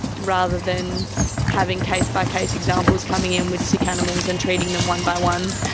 rather than having case-by-case examples coming in with sick animals and treating them one by one,